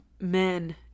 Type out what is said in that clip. men